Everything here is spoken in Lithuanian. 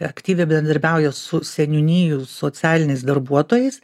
aktyviai bendradarbiauja su seniūnijų socialiniais darbuotojais